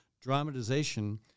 dramatization